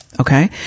okay